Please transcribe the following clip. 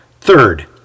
Third